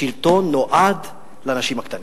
השלטון נועד לאנשים הקטנים,